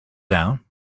down